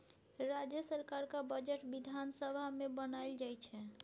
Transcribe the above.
राज्य सरकारक बजट बिधान सभा मे बनाएल जाइ छै